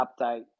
update